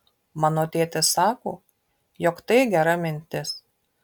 mano tėtis sako jog tai gera mintis